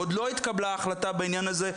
עוד לא התקבלה החלטה בעניין הזה,